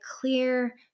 clear